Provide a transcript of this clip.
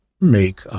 make